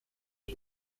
uno